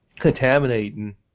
contaminating